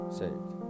saved